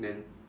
then